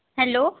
hello